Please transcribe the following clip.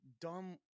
dumb